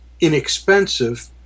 inexpensive